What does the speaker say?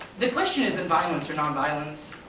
the question isn't violence or nonviolence,